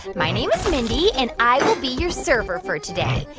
my name is mindy, and i will be your server for today.